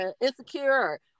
insecure